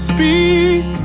Speak